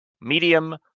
medium